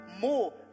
more